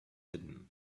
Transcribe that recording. hidden